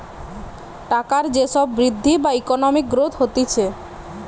টাকার যে সব বৃদ্ধি বা ইকোনমিক গ্রোথ হতিছে